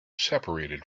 separated